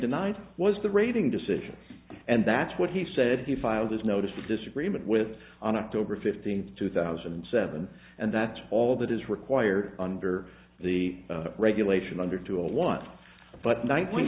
denied was the rating decision and that's what he said he filed his notice of disagreement with on october fifteenth two thousand and seven and that's all that is required under the regulation under two zero one but